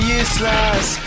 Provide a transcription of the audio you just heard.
useless